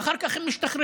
ואחר כך הם משתחררים,